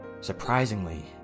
Surprisingly